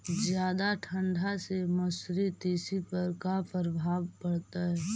जादा ठंडा से मसुरी, तिसी पर का परभाव पड़तै?